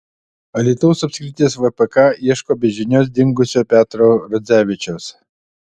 alytaus apskrities vpk ieško be žinios dingusio petro radzevičiaus